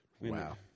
Wow